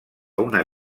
una